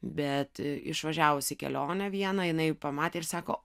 bet išvažiavus į kelionę vieną jinai pamatė ir sako